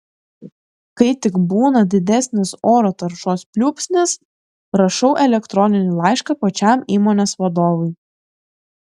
kai tik būna didesnis oro taršos pliūpsnis rašau elektroninį laišką pačiam įmonės vadovui